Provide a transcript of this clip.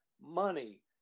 money